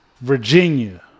Virginia